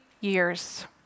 years